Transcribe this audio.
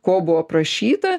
ko buvo prašyta